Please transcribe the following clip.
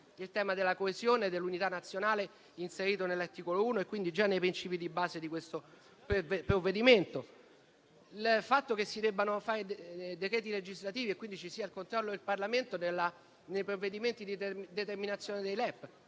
sul tema della coesione e dell'unità nazionale inserito nell'articolo 1, quindi già nei principi di base del provvedimento, e quelli relativi al fatto che si debbano fare decreti legislativi, quindi che ci sia il controllo del Parlamento nei provvedimenti di determinazione dei LEP.